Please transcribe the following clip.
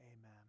amen